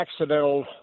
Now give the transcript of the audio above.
accidental